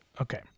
Okay